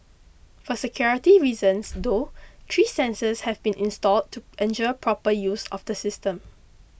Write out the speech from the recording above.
for security reasons though three sensors have been installed to ensure proper use of the system